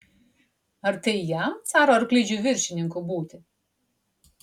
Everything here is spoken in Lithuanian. ar tai jam caro arklidžių viršininku būti